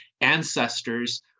ancestors